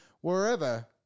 wherever